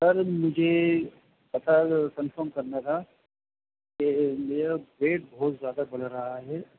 سر مجھے پتہ کنفرم کرنا تھا کہ میرا پیٹ بہت زیادہ بڑھ رہا ہے